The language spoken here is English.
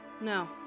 no